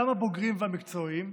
גם הבוגרים והמקצועיים,